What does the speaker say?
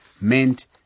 meant